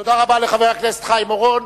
תודה רבה לחבר הכנסת חיים אורון.